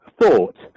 thought